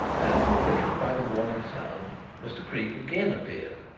and, quickened by the warning sound, mr. creake again appeared,